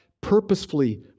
purposefully